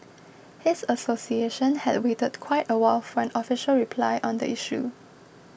his association had waited quite a while for an official reply on the issue